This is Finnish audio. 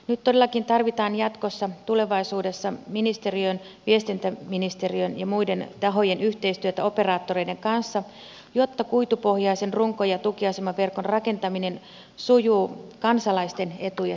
nyt todellakin tarvitaan tulevaisuudessa viestintäministeriön ja muiden tahojen yhteistyötä operaattoreiden kanssa jotta kuitupohjaisen runko ja tukiasemaverkon rakentaminen sujuu kansalaisten etuja silmällä pitäen